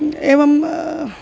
एवम्